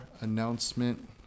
announcement